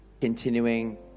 continuing